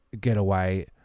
getaway